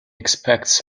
expects